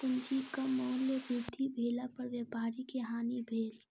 पूंजीक मूल्य वृद्धि भेला पर व्यापारी के हानि भेल